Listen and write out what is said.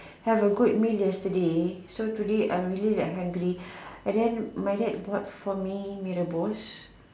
have a good meal yesterday so today I'm really like hungry and then my dad bought for me Mee-Rebus